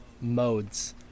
modes